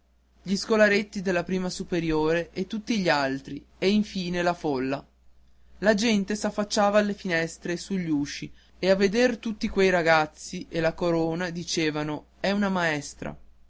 gli scolaretti della a superiore e tutti gli altri e in fine la folla la gente s'affacciava alle finestre e sugli usci e a vedere tutti quei ragazzi e la corona dicevano è una maestra